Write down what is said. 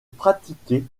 pratiquer